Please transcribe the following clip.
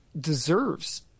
deserves